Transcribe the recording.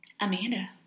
Amanda